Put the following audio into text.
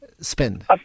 spend